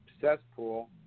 cesspool